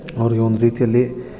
ಅವರಿಗೆ ಒಂದು ರೀತಿಯಲ್ಲಿ